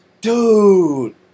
Dude